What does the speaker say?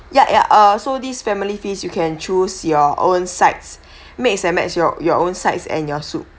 ya ya uh so these family feast you can choose your own sites mix and match your your own sides and your soup